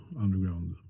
underground